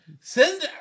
Send